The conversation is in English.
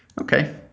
okay